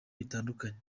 bitandukanye